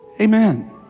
Amen